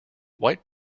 white